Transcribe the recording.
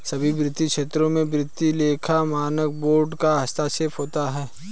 सभी वित्तीय क्षेत्रों में वित्तीय लेखा मानक बोर्ड का हस्तक्षेप होता है